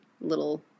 little